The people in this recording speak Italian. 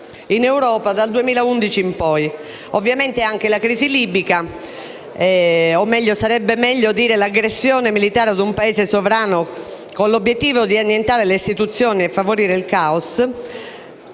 in Europa dal 2011 in poi, oltre alla crisi libica, che sarebbe meglio definire l'aggressione militare a un Paese sovrano con l'obiettivo di annientare le istituzioni e favorire il caos.